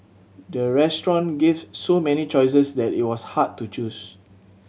the restaurant gave so many choices that it was hard to choose